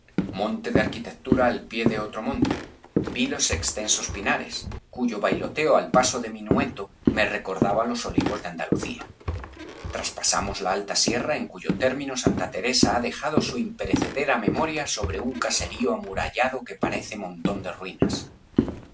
monte de arquitectura al pie de otro monte vi los extensos pinares cuyo bailoteo al paso de minueto me recordaba los olivos de andalucía traspasamos la alta sierra en cuyo término santa teresa ha dejado su imperecedera memoria sobre un caserío amurallado que parece montón de ruinas